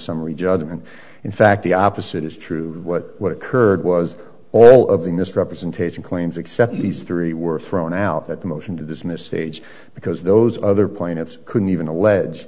summary judgment in fact the opposite is true what what occurred was all of the misrepresentation claims except these three were thrown out that the motion to dismiss stage because those other planets couldn't even allege